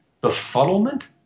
befuddlement